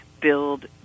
build